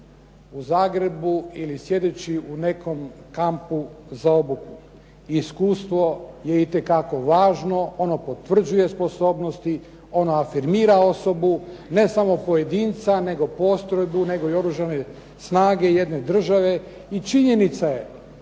u Zagrebu ili sjedeći u nekom kampu za obuku. Iskustvo je itekako važno, ono potvrđuje sposobnosti, ono afirmira osobu, ne samo pojedinca nego postrojbu, nego i oružane snage jedne države. I činjenica je